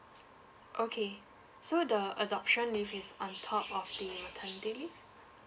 okay so the adoption leave is on top of the maternity leave